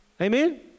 Amen